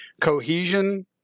cohesion